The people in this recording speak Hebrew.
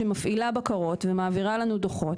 שמפעילה בקרות ומעבירה לנו דוחות.